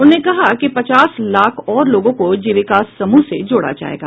उन्होंने कहा कि पचास लाख और लोगों को जीविका समूह से जोड़ा जायेगा